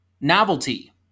Novelty